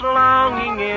longing